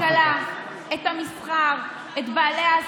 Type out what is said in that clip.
כי סגר מרסק את הכלכלה, את המסחר, את בעלי העסקים.